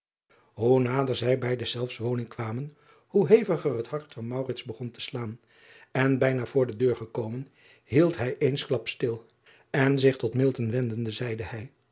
nader zij bij deszelfs woning kwamen hoe heviger het hart van begon te slaan en bijna voor de deur gekomen hield hij eensklaps stil en zich tot wendende zeide hij